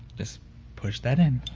just push that in.